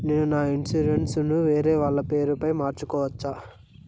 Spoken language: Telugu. నేను నా ఇన్సూరెన్సు ను వేరేవాళ్ల పేరుపై మార్సుకోవచ్చా?